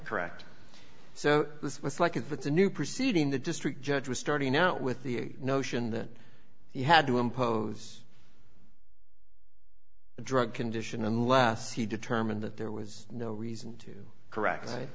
correct so this was like at the new proceeding the district judge was starting out with the notion that he had to impose drug condition unless he determined that there was no reason to correct